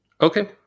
Okay